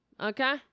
Okay